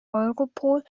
europol